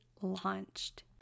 launched